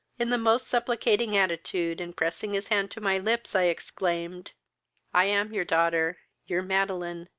in the most supplicating attitude, and pressing his hand to my lips, i exclaimed i am your daughter your madeline,